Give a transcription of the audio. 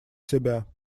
себя